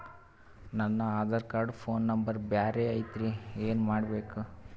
ನನ Aadhaar card phone number ಬ್ಯಾರೆ ಐತ್ರಿ ಏನ ಮಾಡಬೇಕು?